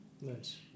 Nice